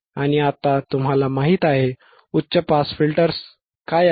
आणि आता तुम्हाला माहित आहे उच्च पास फिल्टर्स काय आहेत